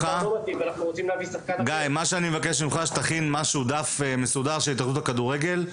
אני מבקש שתכין דף מסודר של ההתאחדות לכדורגל.